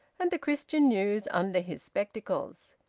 and the christian news under his spectacles.